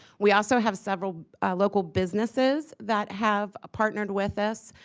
we also have several local businesses that have partnered with us.